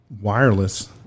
wireless